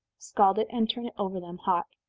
scald it, and turn it over them hot.